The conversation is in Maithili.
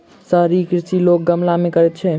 शहरी कृषि लोक गमला मे करैत छै